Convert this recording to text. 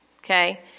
Okay